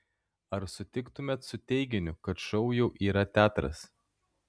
ar sutiktumėte su teiginiu kad šou jau yra teatras